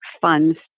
funds